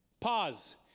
Pause